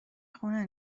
خونه